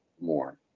more